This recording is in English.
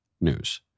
news